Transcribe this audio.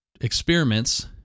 experiments